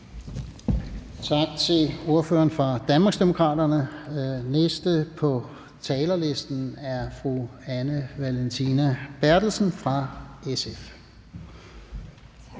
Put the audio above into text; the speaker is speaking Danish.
Tak til ordføreren fra Danmarksdemokraterne. Næste ordfører på talerlisten er fru Anne Valentina Berthelsen fra SF.